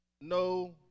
no